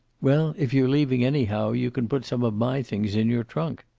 well, if you're leaving anyhow, you can put some of my things in your trunk.